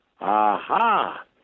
aha